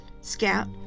Scout